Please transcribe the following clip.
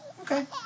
Okay